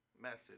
message